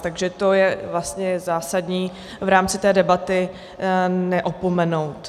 Takže to je vlastně zásadní v rámci debaty neopomenout.